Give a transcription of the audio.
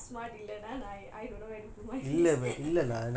நீ எல்லாம்:nee ellaam smart இல்லைனா:illaina I don't know where to put my face